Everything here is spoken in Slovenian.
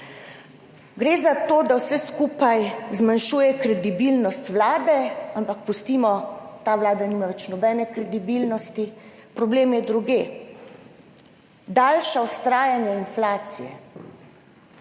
Gre za to, da vse skupaj zmanjšuje kredibilnost vlade, ampak pustimo, ta vlada nima več nobene kredibilnosti. Problem je drugje – daljše vztrajanje inflacije.